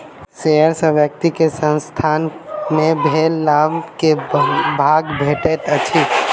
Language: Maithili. शेयर सॅ व्यक्ति के संसथान मे भेल लाभ के भाग भेटैत अछि